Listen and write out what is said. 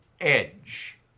edge